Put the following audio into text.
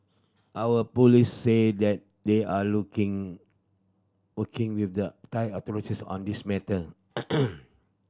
our police say that they are looking working with the Thai authorities on this matter